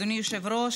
אדוני היושב-ראש,